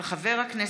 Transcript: תודה.